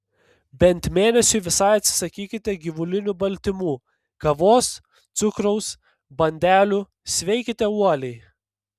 bent mėnesiui visai atsisakykite gyvulinių baltymų kavos cukraus bandelių sveikite uoliai